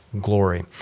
glory